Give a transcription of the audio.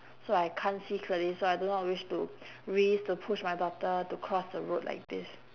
so I can't see clearly so I do not wish to risk to push my daughter to cross the road like this